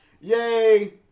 Yay